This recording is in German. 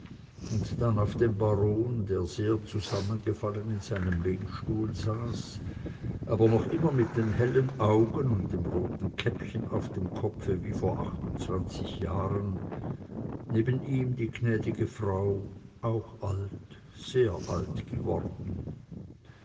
und dann auf den baron der sehr zusammengefallen in seinem lehnstuhl saß aber noch immer mit den hellen augen und dem roten käppchen auf dem kopfe wie vor achtundzwanzig jahren neben ihm die gnädige frau auch alt sehr alt geworden